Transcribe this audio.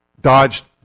Dodged